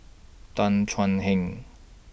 Tan Thuan Heng